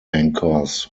anchors